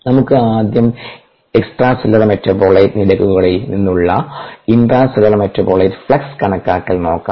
നമുക്ക് ആദ്യം extra cellular metabolite നിരക്കുകളിൽ നിന്നുള്ള ഇൻട്രാ സെല്ലുലാർ മെറ്റാബോലൈറ്റ് ഫ്ലക്സ് കണക്കാക്കൽ നോക്കാം